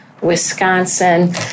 Wisconsin